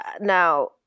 now